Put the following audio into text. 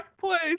place